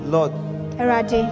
Lord